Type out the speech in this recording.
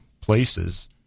places